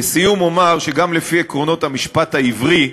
לסיום אומר שגם לפי עקרונות המשפט העברי,